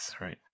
Right